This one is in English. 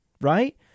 right